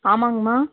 ஆமாங்கம்மா